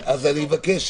אם הוא הוא מגיש ב-1 ביולי,